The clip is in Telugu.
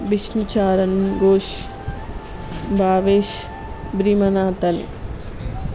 విష్ణు చారణ్య గోష్ భావేష్ బ్రిమినాతల్